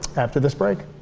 after this break.